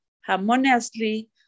harmoniously